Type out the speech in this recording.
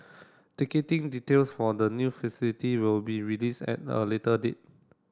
ticketing details for the new facility will be released at a later date